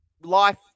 life